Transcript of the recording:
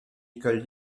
école